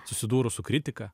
susidūrus su kritika